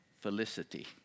felicity